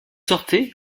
sortez